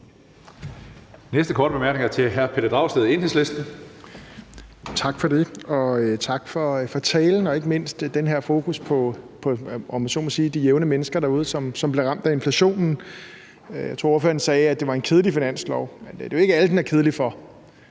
Næste korte bemærkning er til hr. Pelle Dragsted, Enhedslisten. Kl. 15:42 Pelle Dragsted (EL): Tak for det, og tak for talen og ikke mindst det her fokus på, om jeg så må sige, de jævne mennesker derude, som bliver ramt af inflationen. Jeg tror, ordføreren sagde, at det var en kedelig finanslov. Men det er jo ikke alle, den er kedelig for.